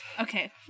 Okay